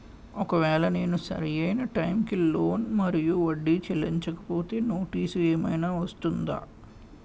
ఒకవేళ నేను సరి అయినా టైం కి లోన్ మరియు వడ్డీ చెల్లించకపోతే నోటీసు ఏమైనా వస్తుందా?